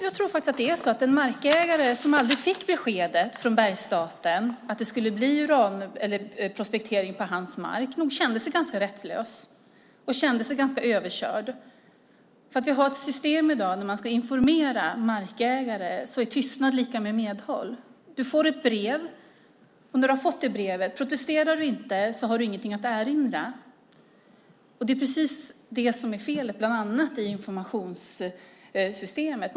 Jag tror faktiskt att den markägare som aldrig fick beskedet från Bergsstaten om att det skulle bli uranprospektering på hans mark nog kände sig ganska rättslös och överkörd. Vi har ett system i dag som går ut på att när man informerar markägare är tystnad lika med medhåll. Du får ett brev, och protesterar du inte när du har fått det brevet har du ingenting att erinra. Det är precis det som är felet, bland annat i informationssystemet.